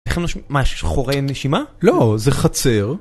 איך נושמים? מה יש חורי נשימה? לא זה חצר